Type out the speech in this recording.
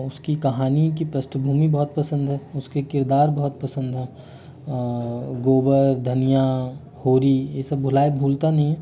उसकी कहानी की पृष्टभूमि बहुत पसंद है उसके किरदार बहुत पसंद है गोबर धनिया होरी ये सब भुलाए भूलता नहीं